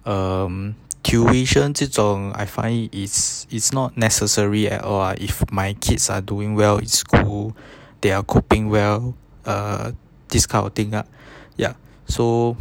um tuition 这种 I find it's it's not necessary at all ah if my kids are doing well in school they are coping well err this kind of thing lah ya so